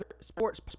Sports